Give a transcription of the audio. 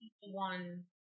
one